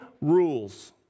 rules